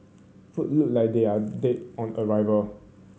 food look like they are dead on arrival